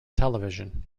television